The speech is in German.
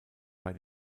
bei